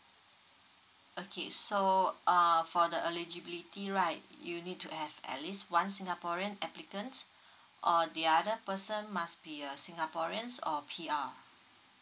okay so uh for the eligibility right you need to have at least one singaporean applicants or the other person must be a singaporeans or P_R